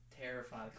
terrified